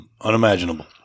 unimaginable